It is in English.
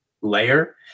layer